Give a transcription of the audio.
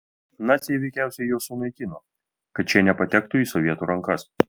naciai veikiausiai juos sunaikino kad šie nepatektų į sovietų rankas